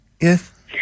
Yes